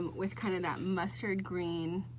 with kind of that mustard green,